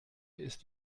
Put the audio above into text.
ist